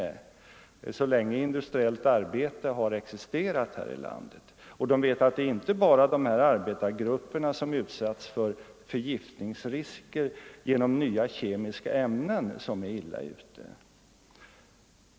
De har funnits så länge industriellt arbete har existerat här i landet. Det är inte bara de arbetargrupper som utsatts för förgiftningsrisker genom nya kemiska ämnen som är illa ute.